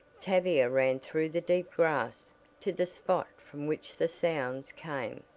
tavia ran through the deep grass to the spot from which the sounds came.